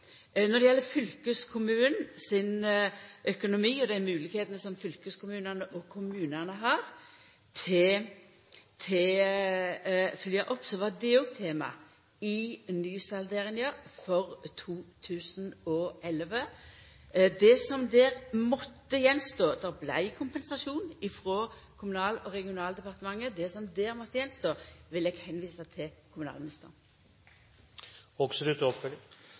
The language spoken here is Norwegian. Når det gjeld fylkeskommunen sin økonomi og dei moglegheitene fylkeskommunane og kommunane har til å følgja opp, var det òg tema i nysalderinga for 2011. Det vart kompensasjon frå Kommunal- og regionaldepartementet. Når det gjeld det som der måtte stå att, vil eg visa til